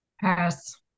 Pass